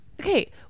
okay